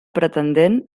pretendent